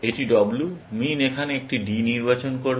এটি D এটি W min এখানে একটি D নির্বাচন করবে